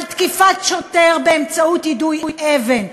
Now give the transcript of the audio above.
על תקיפת שוטר באמצעות יידוי אבן,